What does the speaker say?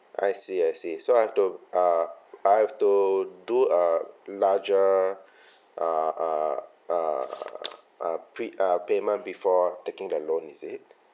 I see I see so I've to uh I've to do a larger uh uh uh uh pre~ uh payment before taking the loan is it